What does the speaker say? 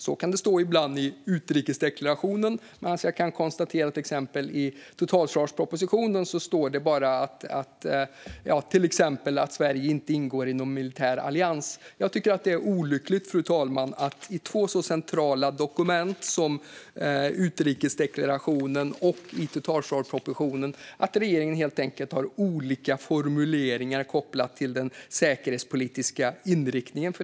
Så kan det stå ibland i utrikesdeklarationen medan det i totalförsvarspropositionen kan stå bara att Sverige inte ingår i någon militär allians. Fru talman! Jag tycker att det är olyckligt att regeringen har olika formuleringar i två så centrala dokument om den säkerhetspolitiska inriktningen som utrikesdeklarationen och totalförsvarspropositionen.